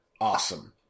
awesome